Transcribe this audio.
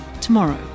tomorrow